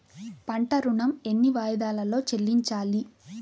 పంట ఋణం ఎన్ని వాయిదాలలో చెల్లించాలి?